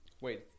Wait